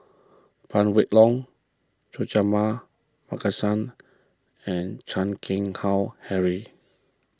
Phan Wait Hong Suratman Markasan and Chan Keng Howe Harry